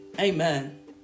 Amen